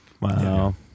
wow